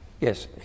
Yes